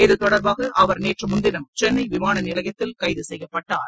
இது தொடர்பாக அவர் நேற்று முன்தினம் சென்னை விமான நிலையத்தில் கைது செய்யப்பட்டார்